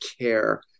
care